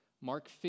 Mark